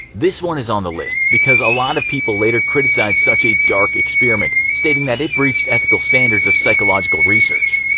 this one is on the list because a lot of people later criticized such a dark experiment, stating that it breached ethical standards of psychological research.